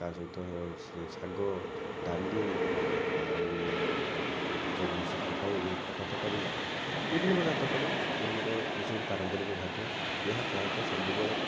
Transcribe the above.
ତା'ସହିତ ଶାଗ ଡାଲି ଆଉ ଯେକୌଣସି ଖଟା ଖଟା ତରକାରୀ ବିଭିନ୍ନ ପ୍ରକାର ତରକାରୀ ଆମର ଏଇ ସବୁ ପାରମ୍ପାରିକ ଖାଦ୍ୟ ଏହା ପ୍ରାୟତଃ ସବୁବେଳେ